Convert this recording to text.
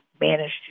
managed